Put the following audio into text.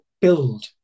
build